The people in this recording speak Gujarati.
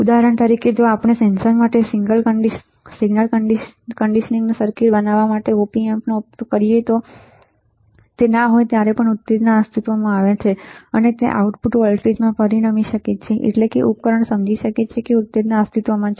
ઉદાહરણ તરીકે જો આપણે સેન્સર માટે સિગ્નલ કન્ડીશનીંગ સર્કિટ બનાવા માટે ઓપેમ્પનો ઉપયોગ કરીએ અને તે ના હોય ત્યારે પણ ઉત્તેજના અસ્તિત્વમાં છે તે આઉટપુટ વોલ્ટેજમાં પરિણમી શકે છે એટલે કે ઉપકરણ સમજી શકે છે કે ઉત્તેજના અસ્તિત્વમાં છે